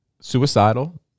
suicidal